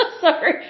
Sorry